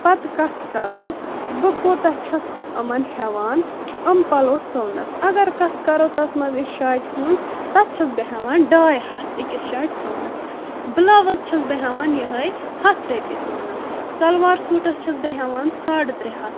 پتہٕ کتھ کرو بہٕ کوتاہ چھس یِمن ہٮ۪وان یِم پلو سُونس اگر کتھ کرو تتھ منٛز أسۍ شاٹہِ ہٕنٛز تتھ چھس بہٕ ہٮ۪وان ڈاے ہتھ أکِس شاٹہِ سُونس بلاوٕز چھس بہٕ ہٮ۪وان یِہٕے ہتھ رۄپیہِ سُونس سلوار سوٗٹس چھس بہٕ ہٮ۪وان ساڈٕ ترٛےٚ ہتھ